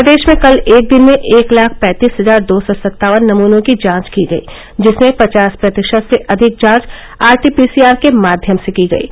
प्रदेश में कल एक दिन में एक लाख पँतीस हजार दो सौ सत्तावन नमनों की जांच की गयी जिसमें पचास प्रतिशत से अधिक जांच आरटीपीसीआर के माध्यम से की गयीं